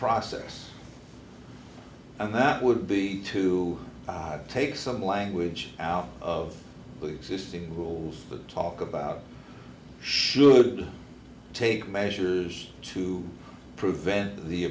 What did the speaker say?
process and that would be to take some language out of the existing rules but talk about should take measures to prevent the